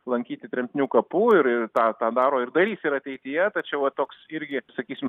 lankyti tremtinių kapų ir ir tą tą daro ir darys ir ateityje tačiau va toks irgi sakysim